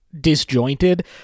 disjointed